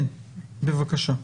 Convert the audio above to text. בבקשה.